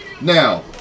Now